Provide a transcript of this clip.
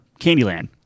Candyland